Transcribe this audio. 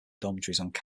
dormitories